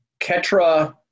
Ketra